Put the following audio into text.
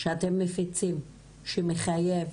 שאתם מפיצים שמחייב